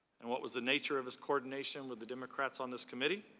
and what was the nature of his coordination with the democrats on this committee.